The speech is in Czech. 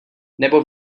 nebo